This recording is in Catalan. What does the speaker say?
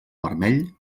vermell